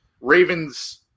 Ravens